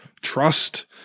Trust